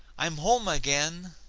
i'm home again.